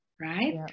right